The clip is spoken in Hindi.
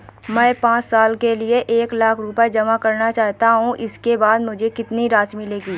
मैं पाँच साल के लिए एक लाख रूपए जमा करना चाहता हूँ इसके बाद मुझे कितनी राशि मिलेगी?